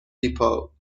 depot